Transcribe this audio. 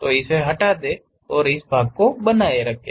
तो इसे हटा दें और इसे बनाए रखें